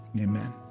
amen